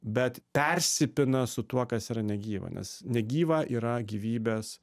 bet persipina su tuo kas yra negyva nes negyva yra gyvybės